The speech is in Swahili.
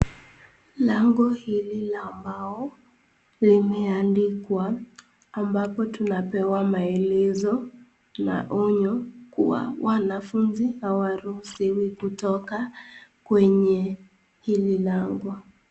Lango hili la mbao limeandikwa ambapo tunapewa maelezo na onyo kuwa wanafuzi hawaruhusiwi kutoka kwenye hili lango.